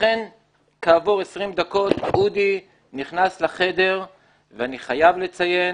אכן כעבור 20 דקות אודי נכנס לחדר ואני חייב לציין